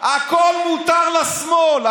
הכול מותר לשמאל.